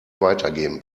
weitergeben